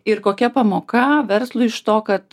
ir kokia pamoka verslui iš to kad